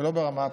ולא ברמה הפרטית.